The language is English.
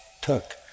took